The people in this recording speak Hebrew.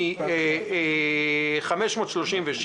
0.7% מ-536,